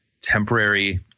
temporary